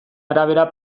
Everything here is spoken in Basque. arabera